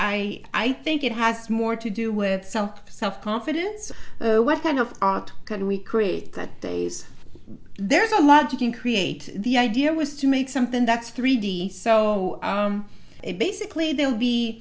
i think it has more to do with self self confidence what kind of art can we create that days there's a lot you can create the idea was to make something that's three d so it basically they'll be